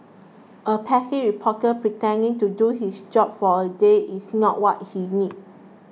a pesky reporter pretending to do his job for a day is not what he needs